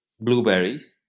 blueberries